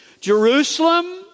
Jerusalem